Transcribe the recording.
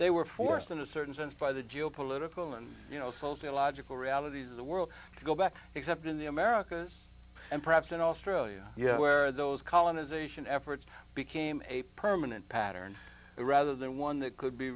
they were forced into a certain sense by the geo political and you know souls illogical realities of the world to go back except in the americas and perhaps in australia you know where those colonization efforts became a permanent pattern rather than one that could be